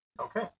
Okay